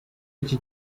y’iki